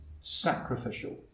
sacrificial